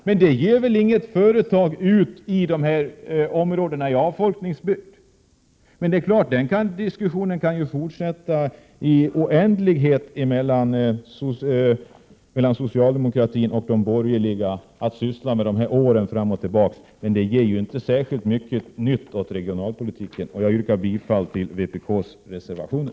Men det förmår väl inte något företag att ge sig ut till områden i avfolkningsbygder. Diskussionen fram och tillbaka mellan socialdemokraterna och de borgerliga om åren då de borgerliga resp. socialdemokraterna satt vid makten kan fortsätta i oändlighet. Men det ger inte särskilt mycket nytt åt regionalpolitiken. Fru talman! Jag yrkar bifall till vpk:s reservationer.